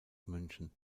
münchen